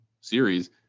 series